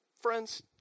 Friends